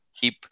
keep